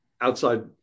outside